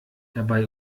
dabei